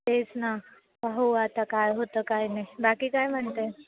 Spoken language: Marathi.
तेच ना हो आता काय होतं काय नाही बाकी काय म्हणतं आहे